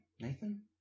Nathan